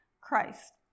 Christ